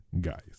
Guys